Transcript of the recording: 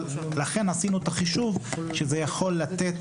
לכן עשינו את החישוב שזה יכול לתת